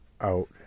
out